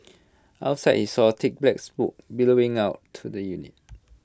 outside he saw thick black billowing out to the unit